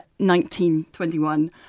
1921